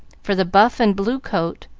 for the buff-and-blue coat,